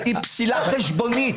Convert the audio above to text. היא פסילה חשבונית.